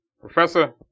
professor